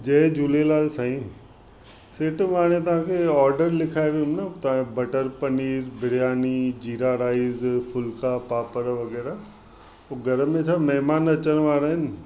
जय झूलेलाल साईं सिटवारे तव्हांखे ऑडर लिखाए वियुमि न त बटर पनीर बिरयानी जीरा राइस फुलिका पापड़ वग़ैरह उहो घर में छा महिमान अचणु वारा आहिनि